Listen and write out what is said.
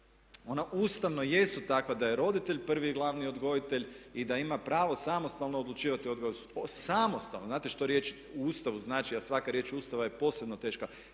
ona ustavno jesu takva da je roditelj prvi i glavni odgojitelj i da ima pravo samostalno odlučivati o odgoju. Samostalno. Znate što riječ u Ustavu znači a svaka riječ Ustava je posebno teška.